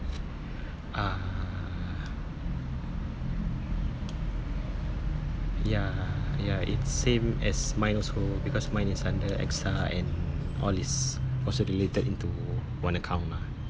uh ya ya it's same as mine also because mine is under AXA and all is also related into one account mah